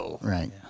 Right